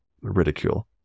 ridicule